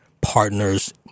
partners